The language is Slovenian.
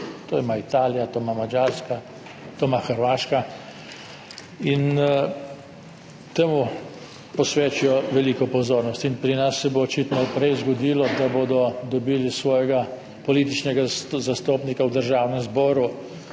to ima Italija, to ima Madžarska, to ima Hrvaška. In temu posvečajo veliko pozornosti. In pri nas se bo očitno prej zgodilo, da bodo dobile svojega političnega zastopnika v Državnem zboru